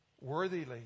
Worthily